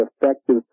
effective